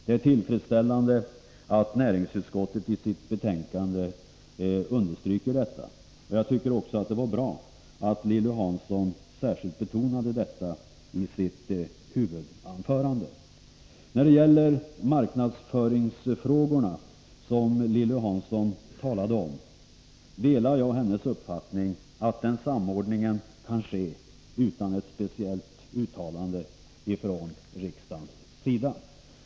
Det är tillfredsställande att näringsutskottet i sitt betänkande understryker detta. Jag tycker också att det var bra att Lilly Hansson särskilt betonade detta i sitt huvudanförande. När det gäller marknadsföringsfrågorna, som Lilly Hansson talade om, delar jag hennes uppfattning att samordningen kan ske utan ett speciellt uttalande från riksdagens sida.